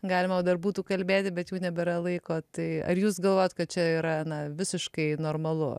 galima dar būtų kalbėti bet jau nebėra laiko tai ar jūs galvojat kad čia yra na visiškai normalu